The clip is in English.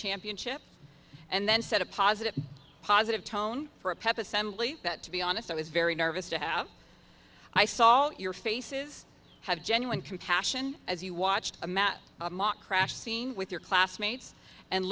championship and then set a positive positive tone for a pep assembly that to be honest i was very nervous to have i saw your faces have genuine compassion as you watched a match crash scene with your classmates and